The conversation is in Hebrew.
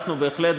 אנחנו בהחלט,